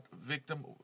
victim